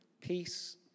peace